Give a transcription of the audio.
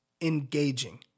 engaging